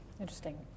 Interesting